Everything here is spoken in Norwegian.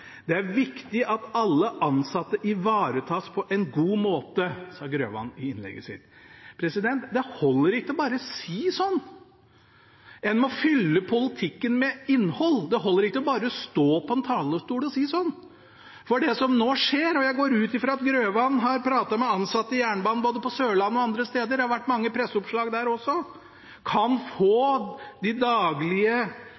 Det er viktig at alle ansatte ivaretas på en god måte, sa Grøvan i innlegget sitt. Det holder ikke bare å si sånt. En må fylle politikken med innhold. Det holder ikke bare å stå på en talerstol og si sånt. Jeg går ut ifra at Grøvan har pratet med ansatte i jernbanen både på Sørlandet og andre steder – det har vært mange presseoppslag også